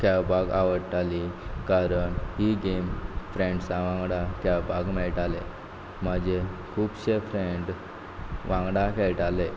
खेळपाक आवडटाली कारण ही गेम फ्रँण्सां वांगडा खेळपाक मेळटाले म्हाजे खुबशे फ्रँड वांगडा खेळटाले